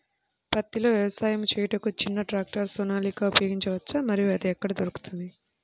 పత్తిలో వ్యవసాయము చేయుటకు చిన్న ట్రాక్టర్ సోనాలిక ఉపయోగించవచ్చా మరియు అది ఎక్కడ దొరుకుతుంది?